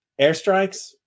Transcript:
airstrikes